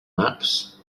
maps